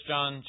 John